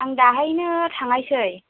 आं दाहायनो थांनायसै